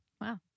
wow